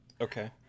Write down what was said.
Okay